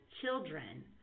children